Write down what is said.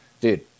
dude